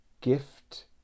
gift